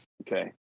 Okay